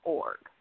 org